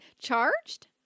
charged